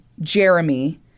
Jeremy